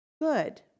good